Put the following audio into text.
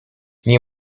nie